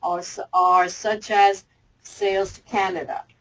are so are such as sales to canada.